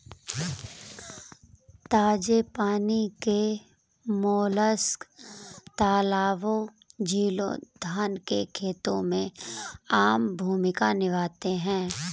ताजे पानी के मोलस्क तालाबों, झीलों, धान के खेतों में आम भूमिका निभाते हैं